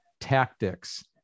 tactics